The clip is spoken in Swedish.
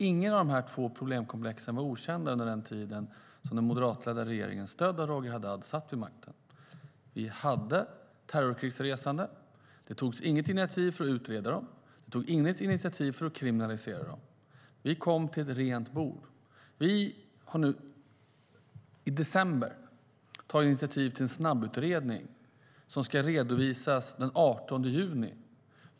Inget av de två problemkomplexen var okända under den tid som den moderatledda regeringen satt vid makten. Vi hade resor till terror och krig, men det togs inga initiativ för att utreda eller kriminalisera dem. Vi kom till ett rent bord. Vi tog i december initiativ till en snabbutredning som ska redovisas den 18 juni.